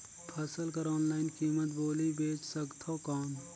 फसल कर ऑनलाइन कीमत बोली बेच सकथव कौन?